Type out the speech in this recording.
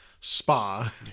spa